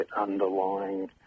underlying